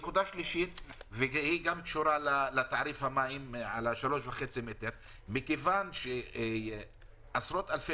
נקודה שלישית שגם היא קשורה לתעריף המים מכיוון שעשרות אלפי